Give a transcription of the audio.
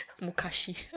Mukashi